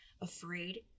afraid